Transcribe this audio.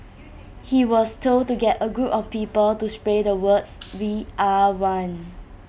he was told to get A group of people to spray the words we are one